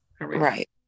Right